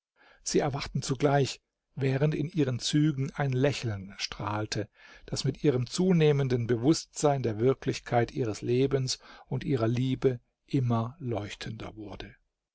sie erwachten zugleich während in ihren zügen ein lächeln strahlte das mit ihrem zunehmenden bewußtsein der wirklichkeit ihres lebens und ihrer liebe immer leuchtender wurde